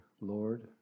Lord